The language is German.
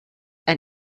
ein